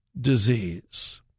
disease